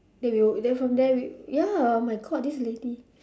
then we were then from there we ya oh my god this lady